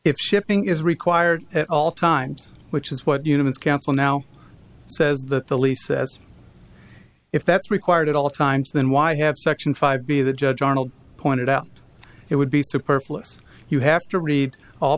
if shipping is required at all times which is what units council now says that the lease says if that's required at all times then why have section five be the judge arnold pointed out it would be superfluous you have to read all